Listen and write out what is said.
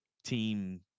team